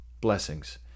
Blessings